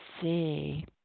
see